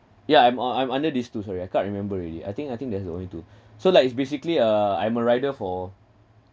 yeah I'm uh I'm under these two sorry I can't remember already I think I think that's the only two so like it's basically a I've a rider for